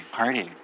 party